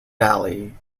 valley